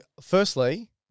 firstly